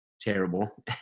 terrible